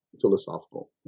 philosophical